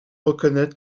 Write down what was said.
reconnaître